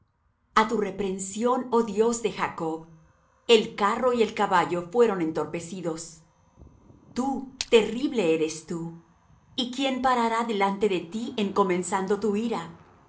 a tu reprensión oh dios de jacob el carro y el caballo fueron entorpecidos tú terrible eres tú y quién parará delante de ti en comenzando tu ira